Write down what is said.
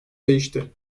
değişti